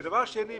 דבר שני,